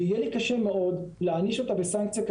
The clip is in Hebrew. ויהיה לי קשה מאוד להעניש אותה בסנקציה כזאת,